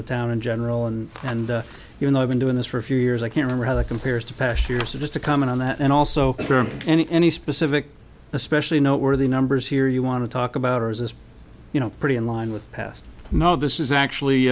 the town in general and and you know i've been doing this for a few years i can remember how that compares to past years or just a comment on that and also any any specific especially noteworthy numbers here you want to talk about or is this you know pretty in line with past no this is actually